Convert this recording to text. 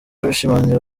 abishimangira